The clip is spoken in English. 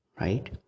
right